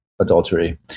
adultery